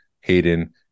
hayden